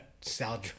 Sal